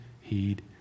heed